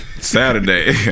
Saturday